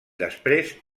després